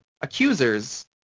accusers